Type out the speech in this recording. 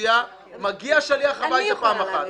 מהאוכלוסייה מגיע שליח הביתה פעם אחת.